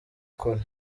kure